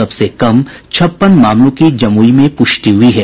सबसे कम छप्पन मामलों की जमुई में प्रष्टि हुयी है